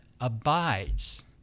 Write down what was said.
abides